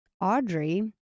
Audrey